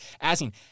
asking